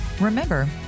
Remember